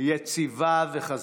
יציבה וחזקה,